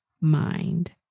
mind